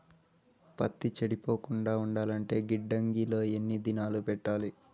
పత్తి చెడిపోకుండా ఉండాలంటే గిడ్డంగి లో ఎన్ని దినాలు పెట్టాలి?